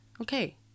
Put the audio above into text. Okay